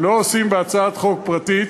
לא עושים בהצעת חוק פרטית.